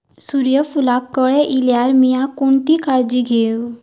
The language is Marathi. सूर्यफूलाक कळे इल्यार मीया कोणती काळजी घेव?